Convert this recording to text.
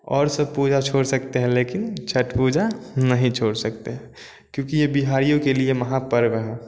और सब पूजा छोड़ सकते हैं लेकिन छठ पूजा नहीं छोड़ सकते हैं क्योंकि यह बिहारियों के लिए महापर्व है